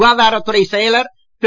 சுகாதாரத் துறைச் செயலர் திரு